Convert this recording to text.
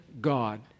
God